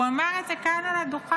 הוא אמר את זה כאן על הדוכן,